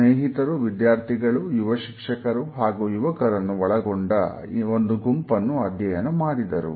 ಸ್ನೇಹಿತರು ವಿದ್ಯಾರ್ಥಿಗಳು ಯುವ ಶಿಕ್ಷಕರು ಹಾಗೂ ಯುವಕರನ್ನು ಒಳಗೊಂಡ ಒಂದು ಗುಂಪನ್ನು ಅಧ್ಯಯನ ಮಾಡಿದರು